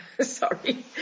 sorry